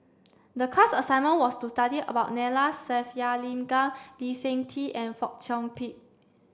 the class assignment was to study about Neila Sathyalingam Lee Seng Tee and Fong Chong Pik